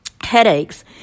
Headaches